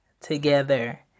together